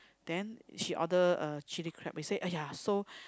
then she order a chili crab we said !aiya! so